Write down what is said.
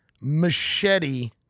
Machete